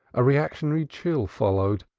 a reactionary chill followed.